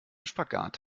spagat